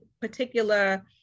particular